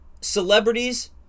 Celebrities